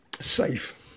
safe